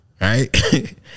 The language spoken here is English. right